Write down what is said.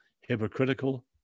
hypocritical